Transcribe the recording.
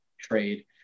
trade